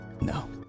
No